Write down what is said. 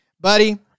buddy